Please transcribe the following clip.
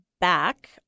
back